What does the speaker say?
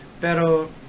Pero